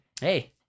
hey